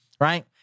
right